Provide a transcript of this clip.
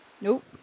Nope